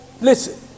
Listen